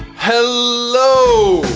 hello,